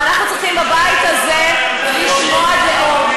ואנחנו צריכים בבית הזה לשמוע דעות.